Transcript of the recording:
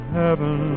heaven